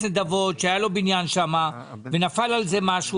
נדבות שהיה לו בניין שם ונפל עליו משהו?